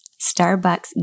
Starbucks